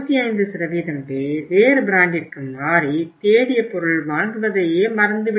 25 பேர் வேறு பிராண்டிற்கு மாறி தேடிய பொருளை வாங்குவதையே மறந்துவிடுவர்